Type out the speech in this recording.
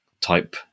type